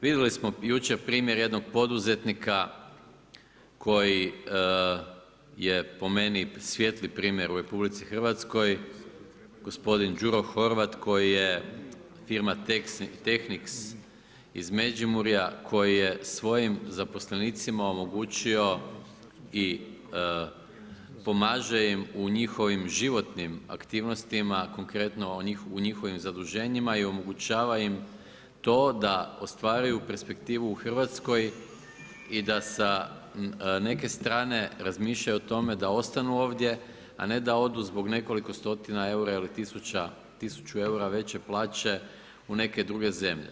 Vidjeli smo jučer primjer jednog poduzetnika koji je, po meni, svijetli primjer u RH, gospodin Đuro Horvat koji je firma Tehnix iz Međimurja, koji je svojim zaposlenicima omogućio i pomaže im u njihovim životnim aktivnostima, konkretno u njihovim zaduženjima i omogućava im to da ostvaruju perspektivu u Hrvatskoj i da sa neke strane razmišljaju o tome da ostanu ovdje, a ne da odu zbog nekoliko stotina eura ili tisuća, tisuću eura veće plaće u neke druge zemlje.